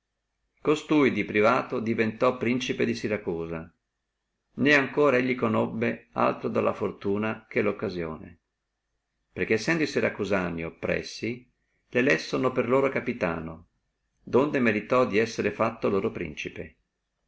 costui di privato diventò principe di siracusa né ancora lui conobbe altro dalla fortuna che la occasione perché sendo siracusani oppressi lo elessono per loro capitano donde meritò dessere fatto loro principe